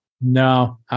No